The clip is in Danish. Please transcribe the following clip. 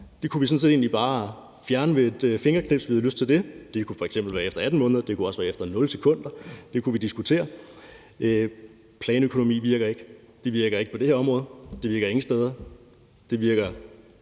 det kunne vi sådan set bare fjerne ved et fingerknips, hvis vi havde lyst til det, det kunne f.eks. være efter 18 måneder, og det kunne også være efter 0 sekunder, det kunne vi diskutere, men planøkonomi virker ikke. Det virker ikke på det her område, det virker ingen steder – det virker